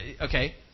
Okay